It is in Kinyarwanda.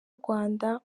rwanda